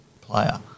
player